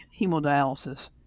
hemodialysis